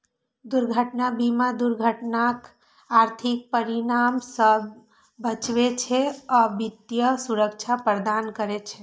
दुर्घटना बीमा दुर्घटनाक आर्थिक परिणाम सं बचबै छै आ वित्तीय सुरक्षा प्रदान करै छै